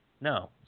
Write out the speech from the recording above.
No